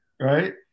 right